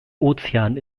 ozean